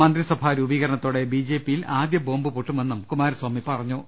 മന്ത്രിസഭാ രൂപീകരണത്തോടെ ബി ജെ പിയിൽ ആദ്യ ബോംബു പൊട്ടു മെന്നും കുമാരസ്വാമി പറഞ്ഞു